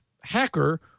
hacker